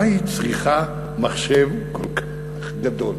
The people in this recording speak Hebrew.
מה היא צריכה מחשב כל כך גדול?